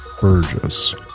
Burgess